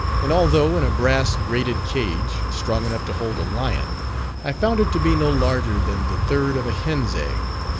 and although in a brass-grated cage, strong enough to hold a lion i found it to be no larger than the third of a hen's egg.